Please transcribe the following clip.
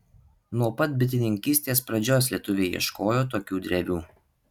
nuo pat bitininkystės pradžios lietuviai ieškojo tokių drevių